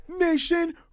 Nation